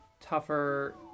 tougher